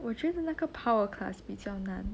我觉得那个 power class 比较难